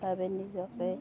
বাবে নিজকে